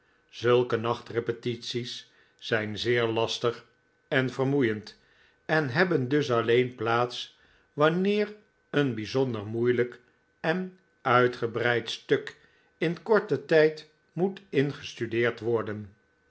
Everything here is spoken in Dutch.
zulke nacht repetities zijn zeer lastig en vermoeiend en hebben dus alleen plaats wanneer een bijzonder moeielijk en uitgebreid stuk in korten tijd moet ingestudeerd worden